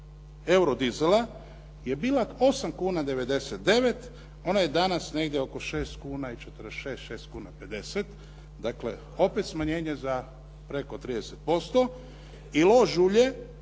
eurodizela je bila 8 kuna 99, ona je danas negdje oko 6 kuna i 46, 6 kuna i 50. Dakle opet smanjenje za preko 30% i lož ulje